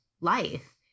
life